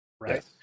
Right